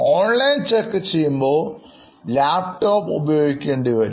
online check ചെയ്യുമ്പോൾ laptop ഉപയോഗിക്കേണ്ടിവരും